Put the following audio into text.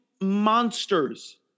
monsters